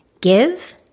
give